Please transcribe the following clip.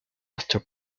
after